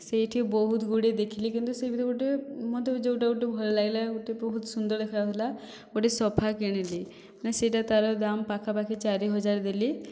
ସେଇଠି ବହୁତ ଗୁଡ଼ିଏ ଦେଖିଲି କିନ୍ତୁ ସେଇ ଭିତରୁ ଗୋଟିଏ ମୋତେ ଯେଉଁଟା ଗୋଟିଏ ଭଲ ଲାଗିଲା ଗୋଟିଏ ବହୁତ ସୁନ୍ଦର ଦେଖା ହେଉଥିଲା ଗୋଟିଏ ସୋଫା କିଣିଲି ସେଇଟା ତାର ଦାମ ପାଖାପାଖି ଚାରି ହଜାର ଦେଲି